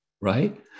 right